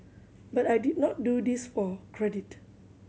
but I did not do this for credit